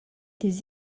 des